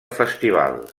festival